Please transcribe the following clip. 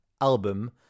album